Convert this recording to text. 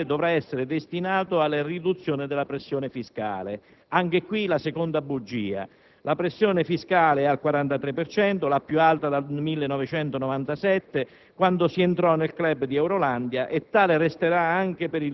si è affermato che ogni euro di maggiore entrata strutturale dovrà essere destinato alla riduzione della pressione fiscale. Qui la seconda bugia: la pressione fiscale è al 43 per cento, la più alta dal 1997,